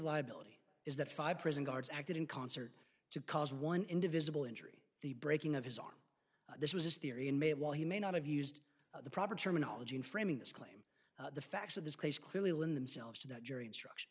liability is that five prison guards acted in concert to cause one indivisible injury the breaking of his arm this was this theory inmate while he may not have used the proper terminology in framing this claim the facts of this case clearly when themselves to that jury instruction